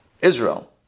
Israel